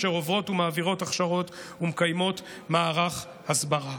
שמעבירים הכשרות ומקיימים מערך הסברה.